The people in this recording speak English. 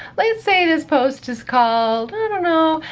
let's say this post is called, i don't know,